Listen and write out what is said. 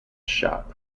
shop